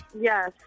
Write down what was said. Yes